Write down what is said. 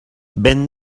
vent